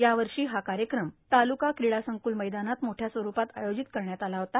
यावर्षी हा कार्यक्रम तालुका क्रिडा संकुल मैदानात मोठ्या स्वरूपात आयोजित करण्यात आला होता